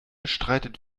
streitet